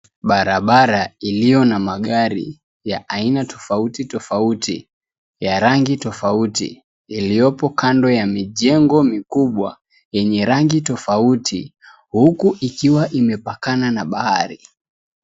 Barabara iliyo na magari ya aina tofauti tofauti ya rangi tofauti iliyopo kando ya mijengo mikubwa yenye rangi tofauti huku ikiwa imepakana na bahari.